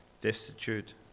destitute